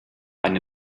eine